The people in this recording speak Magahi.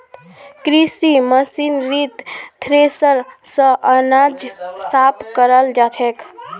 कृषि मशीनरीत थ्रेसर स अनाज साफ कराल जाछेक